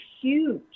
huge